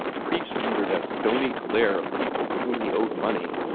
preached under that stony glare of people to whom he owed money,